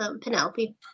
Penelope